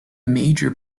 major